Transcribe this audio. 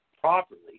properly